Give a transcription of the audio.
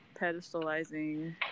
pedestalizing